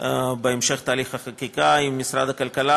בהמשך תהליך החקיקה עם משרד הכלכלה,